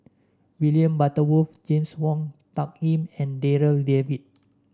William Butterworth James Wong Tuck Yim and Darryl David